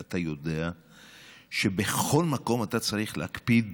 אתה יודע שבכל מקום אתה צריך להקפיד